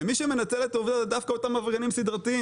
ומי שמנצל את העובדה הזאת הם דווקא אותם עבריינים סדרתיים,